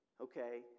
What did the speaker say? okay